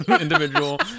individual